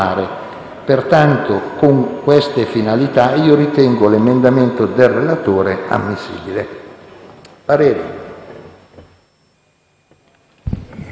Pertanto, con queste finalità, ritengo l'emendamento del relatore ammissibile. Invito